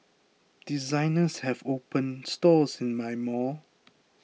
designers have opened stores in my mall